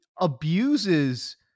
abuses